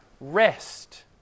rest